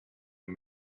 een